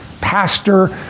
pastor